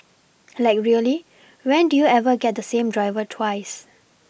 like really when do you ever get the same driver twice